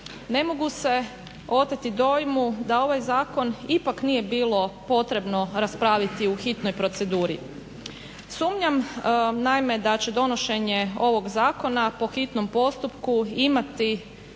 ne mogu se oteti dojmu da ovaj zakon ipak nije bilo potrebno raspraviti u hitnoj proceduri. Sumnjam, naime da će donošenje ovog zakona po hitnom postupku imati